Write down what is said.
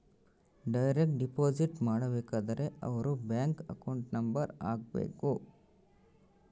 direct deposit ಮಾಡಬೇಕಾದರೆ ಅವರ್ bank account number ಹಾಕ್ಬೆಕು